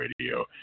radio